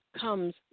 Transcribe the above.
comes